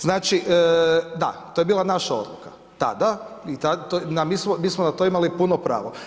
Znači, da to je bila naša odluka, tada i mi smo na to imali puno pravo.